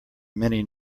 many